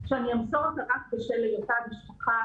שאני אמסור את הילד רק בשל היותה משפחה